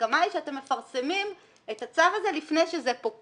ההסכמה היא שאתם מפרסמים את הצו הזה לפני שהוא פוקע.